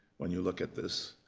when you look at this,